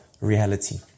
reality